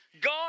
God